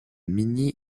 mini